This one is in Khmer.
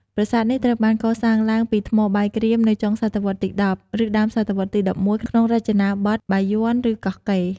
ប្រាសាទនេះត្រូវបានកសាងឡើងពីថ្មបាយក្រៀមនៅចុងសតវត្សរ៍ទី១០ ឬដើមសតវត្សរ៍ទី១១ ក្នុងរចនាបថបាយ័ន ឬកោះកេរ្ដិ៍។